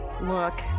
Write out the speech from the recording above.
Look